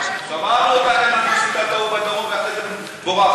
שמענו אותך מסיתה את ההוא בדרום ואחרי זה בורחת.